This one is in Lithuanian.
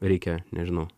reikia nežinau